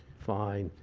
fine.